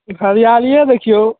हरियालीए देखिऔ